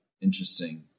Interesting